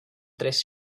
tres